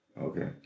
Okay